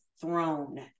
throne